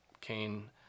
Cain